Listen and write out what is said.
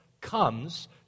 comes